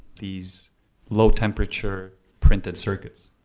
these low temperature printed circuits.